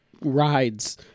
rides